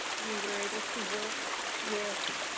we were able to work with